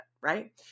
right